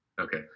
Okay